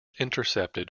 intercepted